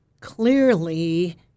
clearly